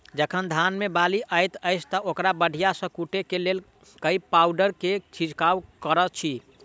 जखन धान मे बाली हएत अछि तऽ ओकरा बढ़िया सँ फूटै केँ लेल केँ पावडर केँ छिरकाव करऽ छी?